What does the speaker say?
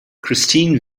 christine